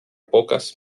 pocas